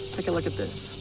take a look at this.